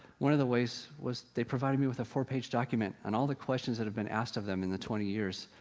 one of the ways was they provided me with a four-page document, and all the questions that have been asked of them in the twenty years,